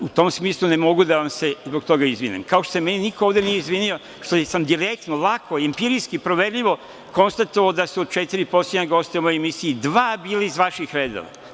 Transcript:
U tom smislu ne mogu da vam se zbog toga izvinim, kao što se meni niko ovde nije izvinio što sam direktno, lako, empirijski proverljivo konstatovao da su od četiri poslednja gosta u emisiji, dva bili iz vaših redova.